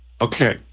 Okay